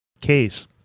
case